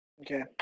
Okay